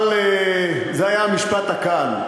אבל זה היה המשפט הקל.